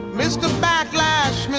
mr. backlash you know